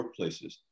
workplaces